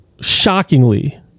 shockingly